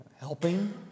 helping